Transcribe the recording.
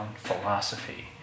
philosophy